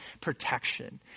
protection